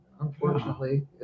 unfortunately